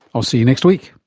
i'll see you next week